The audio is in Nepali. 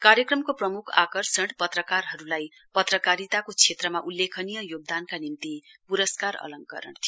कार्यक्रमको प्रमुख आकर्षण पत्रकारहरुलाई पत्रकारिताको क्षेत्रमा उल्लेखनीय योगदानका निम्ति प्रस्कार अलकरण थियो